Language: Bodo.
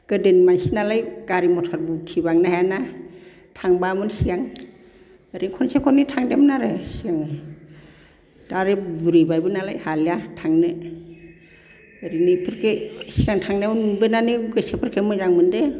गोदोनि मानसि नालाय गारि मथर उथिबांनो हायाना थांबा मोनसिगोन ओरैनो खनसे खननै थांदोमोन आरो सिगाङाव दा आरो बुरैबायबो नालाय हालिया थांनो ओरैनो बेफोरखौ सिगां थांनायाव नुबोनानै गोसोफोरखो मोजां मोन्दों